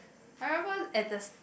I remember at the